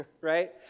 right